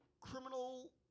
criminal